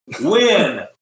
Win